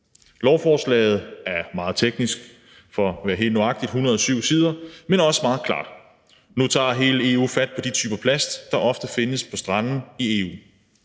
Lovforslaget er meget teknisk – for at være helt nøjagtig er det på 107 sider – men også meget klart. Nu tager hele EU fat på de typer plast, der ofte findes på strande i EU.